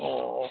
ও